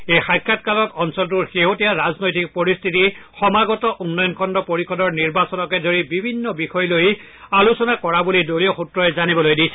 এই সাক্ষাৎকালত অঞ্চলটোৰ শেহতীয়া ৰাজনৈতিক পৰিস্থিতি সমাগত উন্নয়ন খণ্ড পৰিষদৰ নিৰ্বাচনকে ধৰি বিভিন্ন বিষয় লৈ আলোচনা কৰা বুলি দলীয় সূত্ৰই জানিবলৈ দিছে